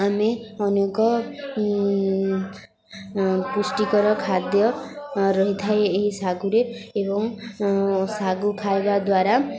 ଆମେ ଅନେକ ପୁଷ୍ଟିକର ଖାଦ୍ୟ ରହିଥାଏ ଏହି ସାଗୁରେ ଏବଂ ସାଗୁ ଖାଇବା ଦ୍ୱାରା